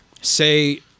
Say